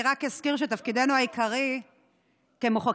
אני רק אזכיר שתפקידנו העיקרי כמחוקקים